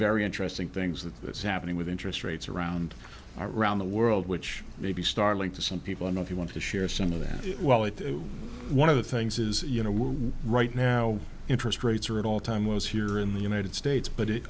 very interesting things that that's happening with interest rates around around the world which may be startling to some people and if you want to share some of that well it's one of the things is you know we're right now interest rates are at all time lows here in the united states but it